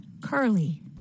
Curly